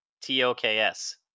T-O-K-S